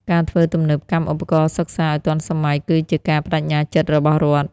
ការធ្វើទំនើបកម្មឧបករណ៍សិក្សាឱ្យទាន់សម័យ គឺជាការប្ដេជ្ញាចិត្តរបស់រដ្ឋ។